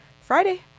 friday